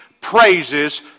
praises